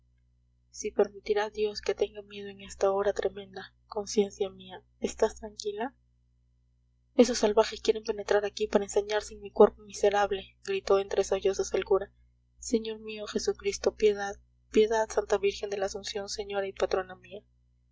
si permitirá dios que tenga miedo en esta hora tremenda conciencia mía estás tranquila esos salvajes quieren penetrar aquí para ensañarse en mi cuerpo miserable gritó entre sollozos el cura señor mío jesucristo piedad piedad santa virgen de la asunción señora y patrona mía